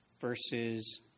verses